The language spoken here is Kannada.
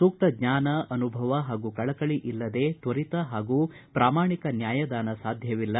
ಸೂಕ್ತ ಜ್ವಾನ ಅನುಭವ ಹಾಗೂ ಕಳಕಳಿ ಇಲ್ಲದೇ ತ್ವರಿತ ಹಾಗೂ ಪ್ರಾಮಾಣಿಕ ನ್ಯಾಯ ದಾನ ಸಾಧ್ಯವಿಲ್ಲ